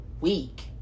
week